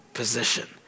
position